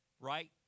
right